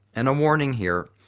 and a warning here,